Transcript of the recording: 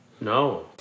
No